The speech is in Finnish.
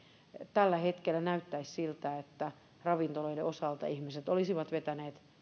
tällä hetkellä näyttäisi siltä että ravintoloiden osalta ihmiset olisivat vetäneet